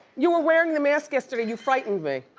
you were wearing the mask yesterday, you frightened me.